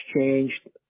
changed